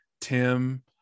Tim